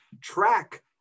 track